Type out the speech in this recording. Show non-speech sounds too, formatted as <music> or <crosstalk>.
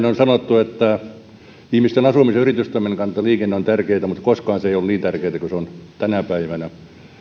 <unintelligible> on sanottu että ihmisten asumisen ja yritystoiminnan kannalta liikenne on tärkeätä mutta koskaan se ei ole ollut niin tärkeätä kuin se on tänä päivänä